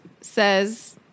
says